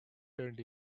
turned